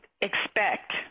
expect